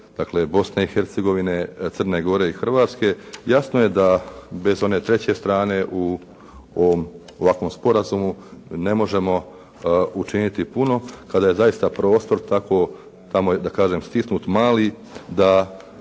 dakle Bosne i Hercegovine, Crne Gore i Hrvatske, jasno je da bez one treće strane u ovakvom sporazumu ne možemo učiniti puno kada je zaista prostor tako tamo stisnut, mali da